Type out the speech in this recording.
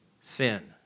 sin